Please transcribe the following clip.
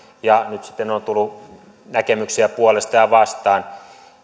nyt sitten on tullut näkemyksiä puolesta ja vastaan